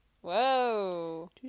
Whoa